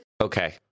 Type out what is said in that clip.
Okay